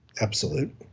Absolute